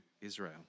Israel